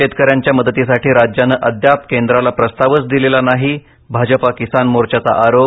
शेतकऱ्यांच्या मदतीसाठी राज्यानं अद्याप केंद्राला प्रस्तावच दिलेला नाही भाजपा किसान मोर्चाचा आरोप